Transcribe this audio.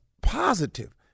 positive